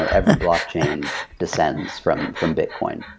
ah every blockchain descends from from bitcoin.